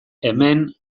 hemen